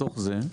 בתוך זה,